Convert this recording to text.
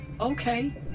Okay